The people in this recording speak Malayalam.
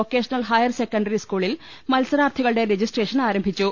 വൊക്കേഷണൽ ഹയർ സെക്കണ്ടറി സ്കൂളിൽ മത്സാരാർത്ഥികളുടെ രജിസ്ട്രേഷൻ ആരംഭിച്ചു